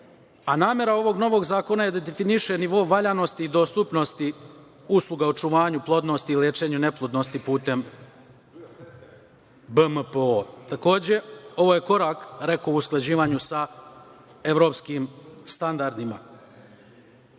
a namera ovog novog zakona je da definiše nivo valjanosti i dostupnosti usluga očuvanja plodnosti i lečenju neplodnosti putem BMPO.Takođe ovo je korak u usklađivanju sa evropskim standardima.